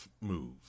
move